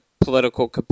political